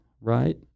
right